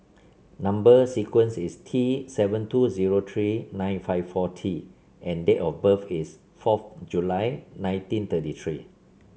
number sequence is T seven two zero three nine five four T and date of birth is fourth July nineteen thirty three